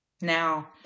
Now